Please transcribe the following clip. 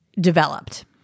developed